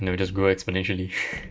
and then will just grow exponentially